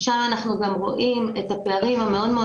שם אנחנו גם רואים את הפערים המאוד מאוד